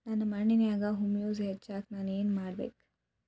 ನನ್ನ ಮಣ್ಣಿನ್ಯಾಗ್ ಹುಮ್ಯೂಸ್ ಹೆಚ್ಚಾಕ್ ನಾನ್ ಏನು ಮಾಡ್ಬೇಕ್?